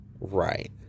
right